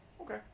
okay